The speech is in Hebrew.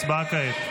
הצבעה כעת.